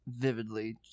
vividly